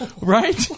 Right